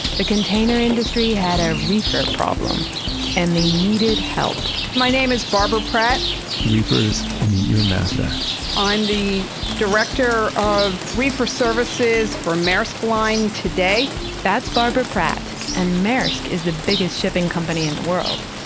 the container industry had a reefer problem and they needed help my name is barbara pratt reefers, meet your master i'm the director of reefer services for maersk line today that's barbara pratt, and maersk is the biggest shipping company in the world.